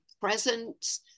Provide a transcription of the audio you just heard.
presence